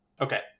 okay